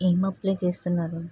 ఏం అప్లయ్ చేస్తున్నారు